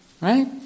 Right